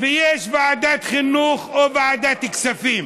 ויש ועדת חינוך או ועדת כספים,